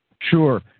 Sure